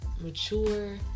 mature